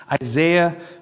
Isaiah